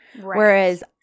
Whereas